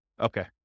Okay